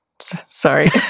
Sorry